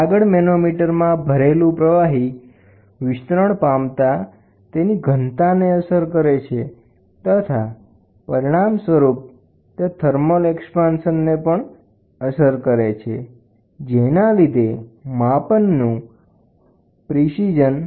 આગળ મેનોમીટરમાં ભરેલું પ્રવાહી વિસ્તરણ પામતા તેની ઘનતાને અસર કરે છે તથા પરિણામ સ્વરૂપ તે થર્મલ એક્સપાન્શનને પણ અસર કરે છે જેના લીધે માપનની ચોક્સાઇ જોખમાય છે